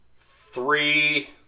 three